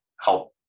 help